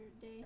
day